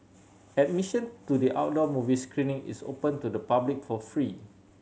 admission to the outdoor movie screening is open to the public for free